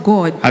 God